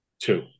two